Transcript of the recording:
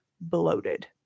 bloated